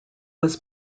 was